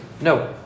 no